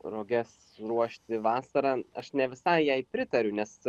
roges ruošti vasarą aš ne visai jai pritariu nes